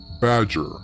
Badger